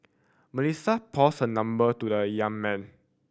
Melissa passed her number to the young man